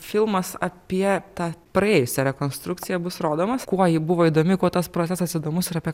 filmas apie tą praėjusią rekonstrukciją bus rodomas kuo ji buvo įdomi kuo tas procesas įdomus ir apie